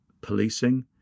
policing